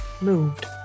moved